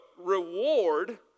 reward